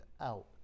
out